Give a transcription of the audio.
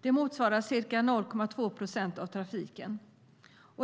Det motsvarar ca 0,2 procent av trafiken.